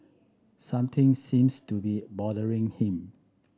something seems to be bothering him